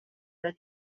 that